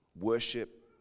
worship